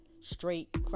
straight